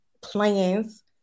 plans